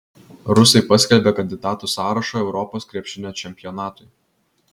rusai paskelbė kandidatų sąrašą europos krepšinio čempionatui